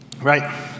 right